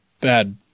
bad